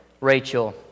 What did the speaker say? Rachel